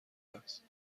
است